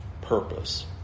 purpose